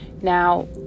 Now